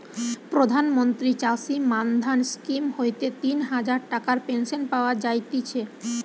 প্রধান মন্ত্রী চাষী মান্ধান স্কিম হইতে তিন হাজার টাকার পেনশন পাওয়া যায়তিছে